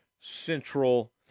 Central